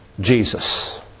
Jesus